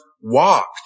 walked